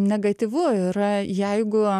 negatyvu yra jeigu